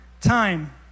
time